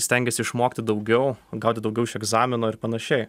stengiesi išmokti daugiau gauti daugiau šio egzamino ir panašiai